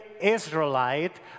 Israelite